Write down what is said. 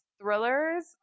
thrillers